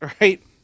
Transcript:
right